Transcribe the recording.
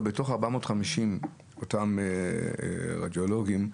בתוך אותם 450 רדיולוגים,